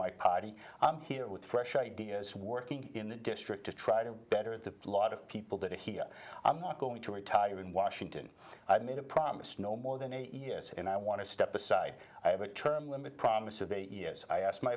my party i'm here with fresh ideas working in the district to try to better the lot of people that are here i'm not going to retire in washington i made a promise no more than eight years and i want to step aside i have a term limit promise of eight years i asked my